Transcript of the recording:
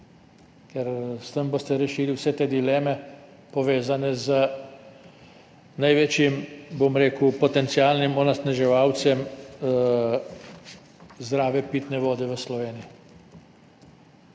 Ker s tem boste rešili vse te dileme, povezane z največjim, bom rekel, potencialnim onesnaževalcem zdrave pitne vode v Sloveniji.